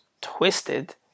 twisted